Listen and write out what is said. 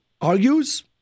argues